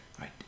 Right